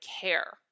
care